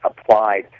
applied